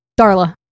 Darla